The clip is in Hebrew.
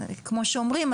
כמו שאומרים,